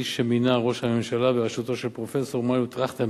שמינה ראש הממשלה בראשותו של פרופסור מנואל טרכטנברג,